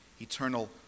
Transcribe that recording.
eternal